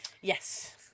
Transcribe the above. Yes